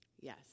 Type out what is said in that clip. Yes